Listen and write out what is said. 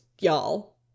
y'all